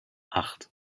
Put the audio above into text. acht